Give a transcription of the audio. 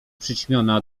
przyćmiona